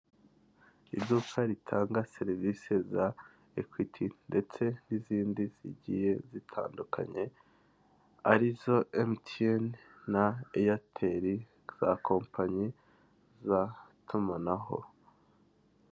Iduka ritanga serivisi za Ekwiti ndetse n'izindi zigiye zitandukanye, ari zo MTN na Eyateri, za kompanyi za tumanaho.